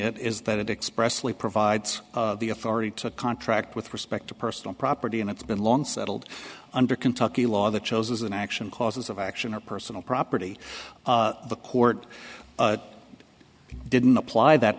it is that it expressly provides the authority to contract with respect to personal property and it's been long settled under kentucky law the chosen action causes of action or personal property the court didn't apply that